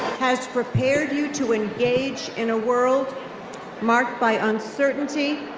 has prepared you to engage in a world marked by uncertainty,